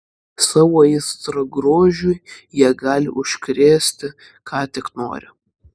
savo aistra grožiui jie gali užkrėsti ką tik nori